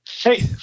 Hey